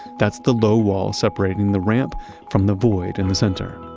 that's the low wall separating the ramp from the void in the center.